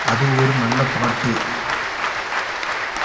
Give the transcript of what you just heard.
அது ஒரு நல்ல பாட்டு